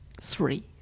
three